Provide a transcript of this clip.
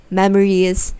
memories